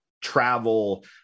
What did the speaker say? travel